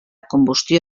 combustió